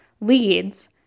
leads